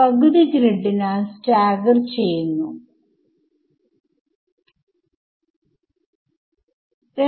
നമുക്ക് ഇത് സബ്സ്റ്റിട്യൂട്ട് ചെയ്യാൻ ശ്രമിക്കാം